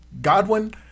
Godwin